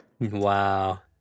Wow